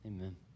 Amen